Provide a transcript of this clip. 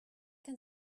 can